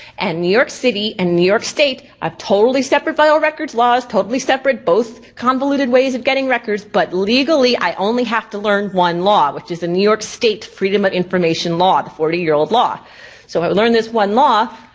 and new york city and new york state have totally separate vital records laws. totally separate, both convoluted ways of getting records, but legally i only have to learn one law. which is the new york state freedom of information law, the forty year old law. so i'll learn this one law.